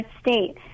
state